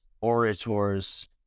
orators